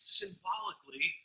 symbolically